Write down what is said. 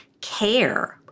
care